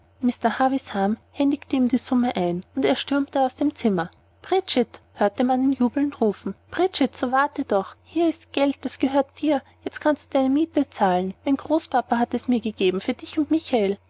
havisham händigte ihm die summe ein und er stürmte aus dem zimmer bridget hörte man ihn jubelnd rufen bridget so warte doch hier ist geld das gehört dir jetzt kannst du deine miete zahlen mein großpapa hat es mir gegeben für dich und michael